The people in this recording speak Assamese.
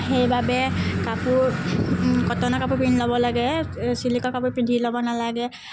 সেইবাবে কাপোৰ কটনৰ কাপোৰ পিন্ধি ল'ব লাগে ছিল্কৰ কাপোৰ পিন্ধি ল'ব নালাগে